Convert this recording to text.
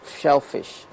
shellfish